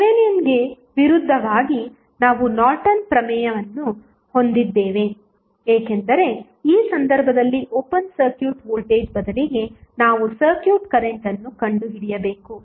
ಥೆವೆನಿನ್ಗೆ ವಿರುದ್ಧವಾಗಿ ನಾವು ನಾರ್ಟನ್ ಪ್ರಮೇಯ ಅನ್ನು ಹೊಂದಿದ್ದೇವೆ ಏಕೆಂದರೆ ಈ ಸಂದರ್ಭದಲ್ಲಿ ಓಪನ್ ಸರ್ಕ್ಯೂಟ್ ವೋಲ್ಟೇಜ್ ಬದಲಿಗೆ ನಾವು ಸರ್ಕ್ಯೂಟ್ ಕರೆಂಟ್ ಅನ್ನು ಕಂಡುಹಿಡಿಯಬೇಕು